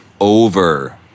over